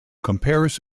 compares